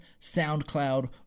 SoundCloud